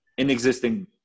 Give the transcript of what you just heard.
inexisting